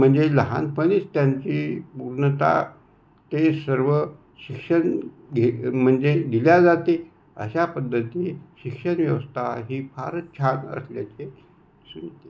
म्हणजे लहानपणीच त्यांची पूर्णत ते सर्व शिक्षण घे म्हणजे दिले जाते अशा पद्धतीत शिक्षणव्यवस्था ही फारच छान रचल्याचे स्मरते